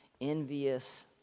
envious